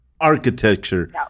architecture